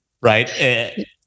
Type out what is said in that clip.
Right